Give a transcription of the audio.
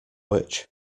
which